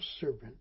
servant